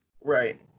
Right